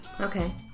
Okay